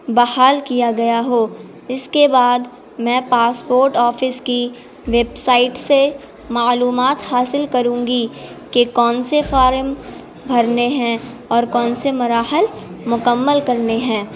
بحال کیا گیا ہو اس کے بعد میں پاسپورٹ آفس کی ویب سائٹ سے معلومات حاصل کروں گی کہ کون سے فارم بھرنے ہیں اور کون سے مراحل مکمل کرنے ہیں